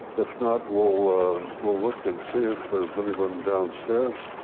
if not we'll we'll look and see if there's anyone downstairs.